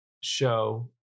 show